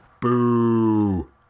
Boo